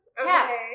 Okay